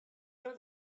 know